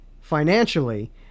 financially